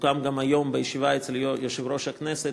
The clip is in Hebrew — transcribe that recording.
וגם סוכם היום בישיבה אצל יושב-ראש הכנסת